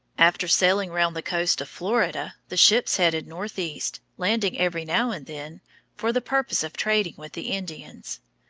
after sailing round the coast of florida, the ships headed northeast, landing every now and then for the purpose of trading with the indians.